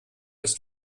ist